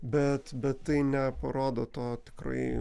bet bet tai neparodo to tikrai